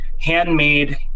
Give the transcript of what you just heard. handmade